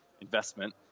investment